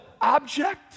object